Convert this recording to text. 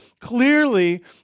Clearly